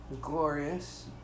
Glorious